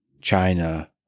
China